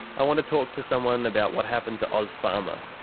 i want to talk to someone about what happened to ozpharma.